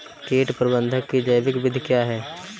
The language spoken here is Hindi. कीट प्रबंधक की जैविक विधि क्या है?